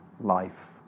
life